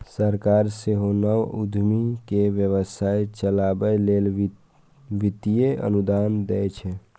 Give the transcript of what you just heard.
सरकार सेहो नव उद्यमी कें व्यवसाय चलाबै लेल वित्तीय अनुदान दै छै